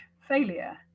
failure